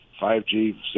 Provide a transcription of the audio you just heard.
5G